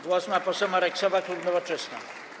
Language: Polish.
Głos ma poseł Marek Sowa, klub Nowoczesna.